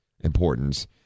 importance